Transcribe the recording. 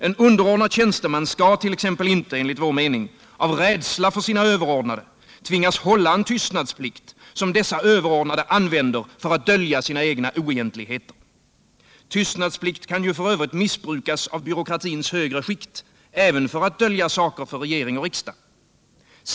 En underordnad tjänsteman skall t.ex. enligt vår mening inte av rädsla för sina överordnade tvingas hålla en tystnadsplikt, som dessa överordnade använder för att dölja sina egna oegentligheter. Tystnadsplikt kan ju f.ö. missbrukas av byråkratins högre skikt även för att dölja saker för regering och riksdag.